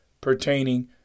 pertaining